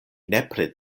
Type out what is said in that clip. nepre